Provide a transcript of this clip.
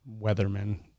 weatherman